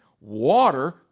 Water